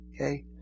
Okay